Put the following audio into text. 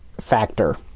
factor